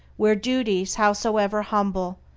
where duties howsoever humble,